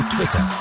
Twitter